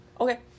Okay